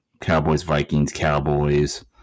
Cowboys-Vikings-Cowboys